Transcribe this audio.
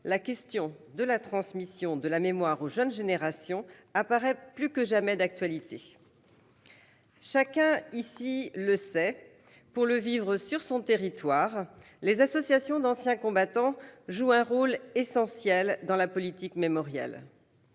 la question de la transmission de la mémoire aux jeunes générations apparaît plus que jamais d'actualité. Chacun ici le sait pour le vivre sur son territoire : les associations d'anciens combattants jouent un rôle essentiel dans la politique mémorielle